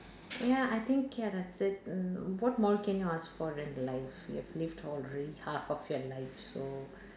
ya I think ya that's it uh what more can you ask for in life you have lived already half of your life so